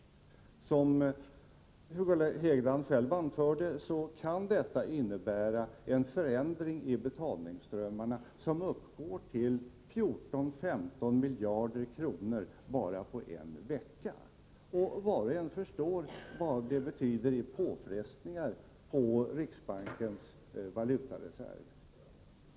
Såsom Hugo Hegeland själv anförde kan detta innebära en förändring i betalningsströmmarna, som uppgår till 14-15 miljarder kronor bara på en vecka. Var och en förstår vad detta betyder i påfrestningar på riksbankens valutareserv.